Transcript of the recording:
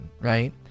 right